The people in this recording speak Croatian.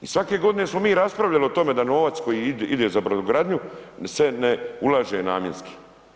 I svake godine smo mi raspravljali o tome da novac koji ide za brodogradnju se ne ulaže namjenski.